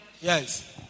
Yes